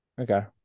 okay